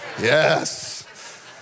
Yes